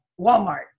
Walmart